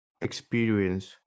experience